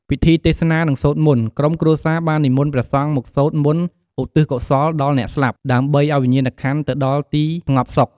ពិធីទេសនា និងសូត្រមន្ត ក្រុមគ្រួសារបាននិមន្តព្រះសង្ឃមកសូត្រមន្តឧទ្ទិសកុសលដល់អ្នកស្លាប់ ដើម្បីឱ្យវិញ្ញាណក្ខន្ធទៅដល់ទីស្ងប់សុខ។